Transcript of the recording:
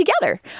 together